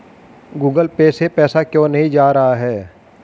Google Pay से पैसा क्यों नहीं जा रहा है?